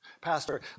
Pastor